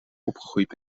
opgegroeid